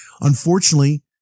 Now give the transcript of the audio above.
Unfortunately